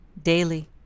daily